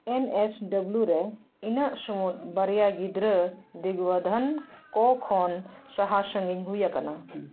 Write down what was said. ᱮᱱ S W ᱨᱮ ᱤᱱᱟᱹᱜ ᱥᱩᱢᱩᱱ ᱵᱟᱨᱭᱟ ᱜᱤᱫᱽᱨᱟᱹ ᱫᱤᱜᱽᱵᱟᱹᱫᱷᱟᱹᱱ ᱠᱚ ᱠᱷᱚᱱ ᱥᱟᱦᱟ ᱥᱟᱺᱜᱤᱧ ᱦᱩᱭ ᱠᱟᱱᱟ